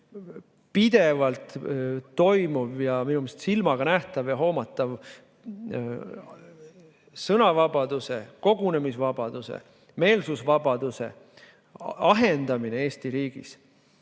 pidevalt toimuv ja minu meelest silmaga nähtav ja hoomatav sõnavabaduse, kogunemisvabaduse, meelsusvabaduse ahendamine Eesti riigis